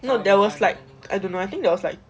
no there was like I don't know I think that was like